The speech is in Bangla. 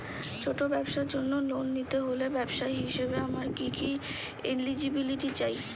ছোট ব্যবসার জন্য লোন নিতে হলে ব্যবসায়ী হিসেবে আমার কি কি এলিজিবিলিটি চাই?